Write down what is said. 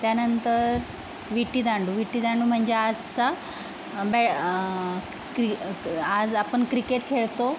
त्यानंतर विटी दांडू विटी दांडू म्हणजे आजचा बॅ क्रि आज आपण क्रिकेट खेळतो